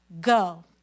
go